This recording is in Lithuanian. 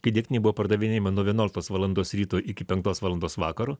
kai degtinė buvo pardavinėjama nuo vienuoliktos valandos ryto iki penktos valandos vakaro